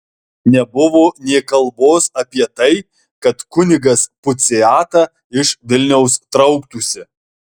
nebuvo nė kalbos apie tai kad kunigas puciata iš vilniaus trauktųsi